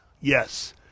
Yes